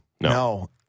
no